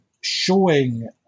showing